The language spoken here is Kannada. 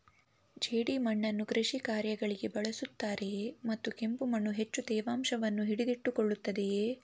ಜೇಡಿಮಣ್ಣನ್ನು ಕೃಷಿ ಕಾರ್ಯಗಳಿಗೆ ಬಳಸುತ್ತಾರೆಯೇ ಮತ್ತು ಕೆಂಪು ಮಣ್ಣು ಹೆಚ್ಚು ತೇವಾಂಶವನ್ನು ಹಿಡಿದಿಟ್ಟುಕೊಳ್ಳುತ್ತದೆಯೇ?